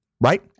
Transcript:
Right